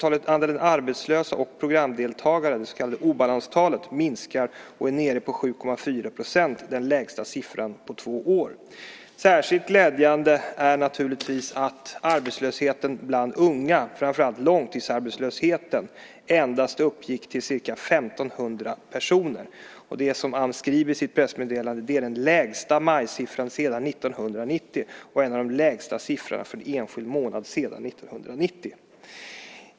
Andelen arbetslösa och programdeltagare, det så kallade obalanstalet, minskar och är nere på 7,4 %, den lägsta siffran på två år. Särskilt glädjande är naturligtvis att arbetslösheten bland unga, framför allt långtidsarbetslösheten, endast uppgick till ca 1 500 personer. Det är, som Ams skriver i sitt pressmeddelande, den lägsta majsiffran sedan 1990 och en av de lägsta siffrorna för en enskild månad sedan 1990.